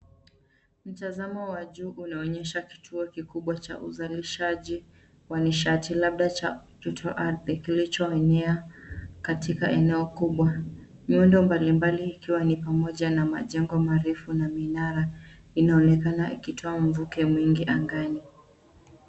Mtazamo wa juu unaonyesha kituo kikubwa cha uzalishaji wa nishati, labda cha joto ardhi kilichoenea katika eneo kubwa. Miundo mbali mbali ikiwa ni pamoja na majengo marefu na minara, inaonekana ikitoa mvuke mwingi angani.